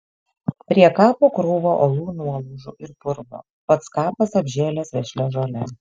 prie kapo krūva uolų nuolaužų ir purvo pats kapas apžėlęs vešlia žole